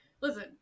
Listen